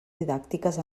didàctiques